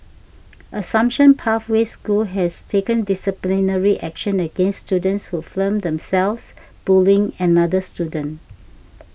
Assumption Pathway School has taken disciplinary action against students who filmed themselves bullying another student